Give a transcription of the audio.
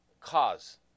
cause